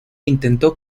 intentó